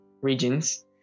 regions